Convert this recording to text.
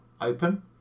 open